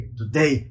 today